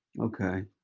Okay